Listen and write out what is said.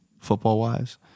football-wise